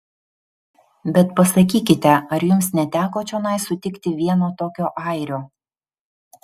bet pasakykite ar jums neteko čionai sutikti vieno tokio airio